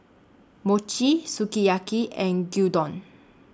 Mochi Sukiyaki and Gyudon